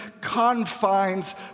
confines